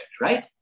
right